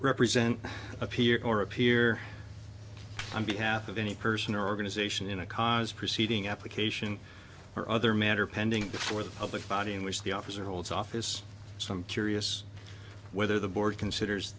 represent a peer or appear i'm behalf of any person or organization in a cause proceeding application or other matter pending before the public body in which the officer holds office some curious whether the board considers